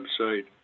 website